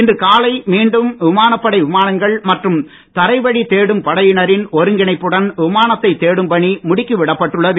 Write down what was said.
இன்று காலை மீண்டும் விமானப்படை விமானங்கள் மற்றும் தரை வழி தேடும் படையினரின் ஒருங்கிணைப்புடன் விமானத்தை தேடும் பணி முடுக்கி விடப்பட்டுள்ளது